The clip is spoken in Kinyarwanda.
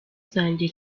zanjye